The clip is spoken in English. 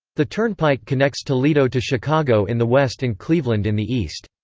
the turnpike connects toledo to chicago in the west and cleveland in the east.